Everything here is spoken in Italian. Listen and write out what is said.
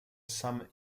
sam